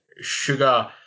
sugar